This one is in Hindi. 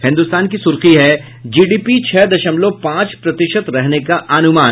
हिन्दुस्तान की सुर्खी है जीडीपी छह दशमलव पांच प्रतिशत रहने का अनुमान